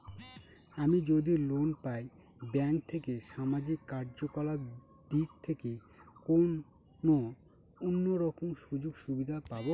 আমি যদি লোন পাই ব্যাংক থেকে সামাজিক কার্যকলাপ দিক থেকে কোনো অন্য রকম সুযোগ সুবিধা পাবো?